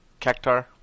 Cactar